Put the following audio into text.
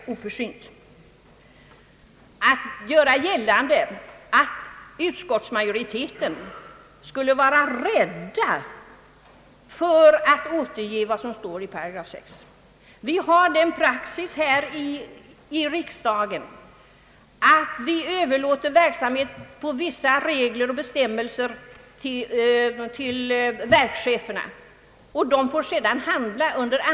Detta är tydligen ett ställningskrig, och jag kan inte tro an nat än att vi kommer att stå på barrikaderna också nästa år.